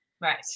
Right